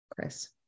Chris